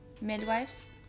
Midwives